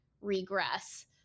regress